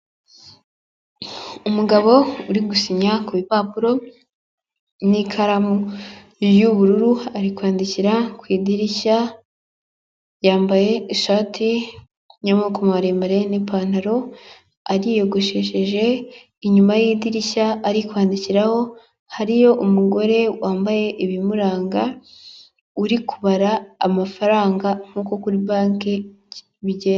Umugabo uri gusinya ku bipapuro n'ikaramu y'ubururu ari kwandikira ku idirishya, yambaye ishati y'amaboko maremare n'ipantaro ariyogoshesheje, inyuma yidirishya ari kwandikiraho hariho umugore wambaye ibimuranga uri kubara amafaranga nk'uko kuri banki bigenda.